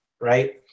right